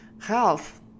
health